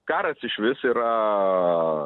karas išvis yra